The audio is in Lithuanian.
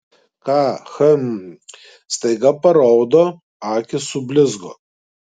ką hm staiga paraudo akys sublizgo